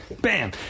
bam